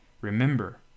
remember